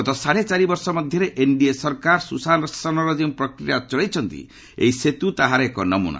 ଗତ ସାଢ଼େ ଚାରି ବର୍ଷ ମଧ୍ୟରେ ଏନ୍ଡିଏ ସରକାର ସୁଶାସନର ଯେଉଁ ପ୍ରକ୍ରିୟା ଚଳାଇଛନ୍ତି ଏହି ସେତୁ ତାହାର ଏକ ନମୁନା